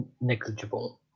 negligible